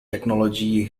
technology